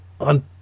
on